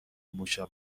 موشا